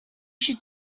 should